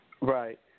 Right